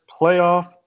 playoff